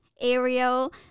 Ariel